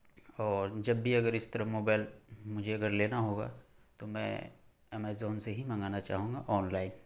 اور جب بھی اگر اس طرح موبائل مجھے اگر لینا ہوگا تو میں امیزون سے ہی منگانا چاہوں گا آن لائن